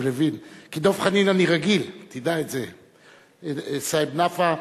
לוין, כי דב חנין אני רגיל, תדע את זה, סעיד נפאע,